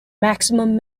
maximum